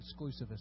exclusivist